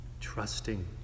trusting